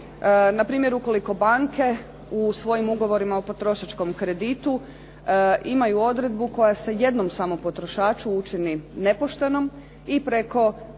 Na primjer, ako banke u svojim ugovorima o potrošačkom kreditu imaju odredbu koja se jednom samo potrošaču učini nepoštenom i preko